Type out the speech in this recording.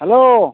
hello